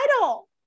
title